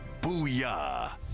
Booyah